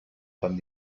tan